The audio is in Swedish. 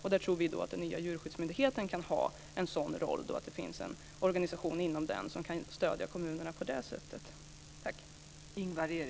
Vi tror att den nya djurskyddsmyndigheten kan ha en sådan roll, att det kommer att finnas en organisation inom den som kan stödja kommunerna på det sättet.